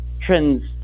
trends